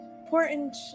important